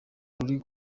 ruri